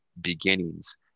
beginnings